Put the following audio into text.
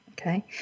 Okay